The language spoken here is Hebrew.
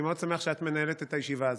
אני מאוד שמח שאת מנהלת את הישיבה הזאת,